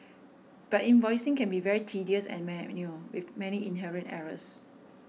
but invoicing can be very tedious and with many inherent errors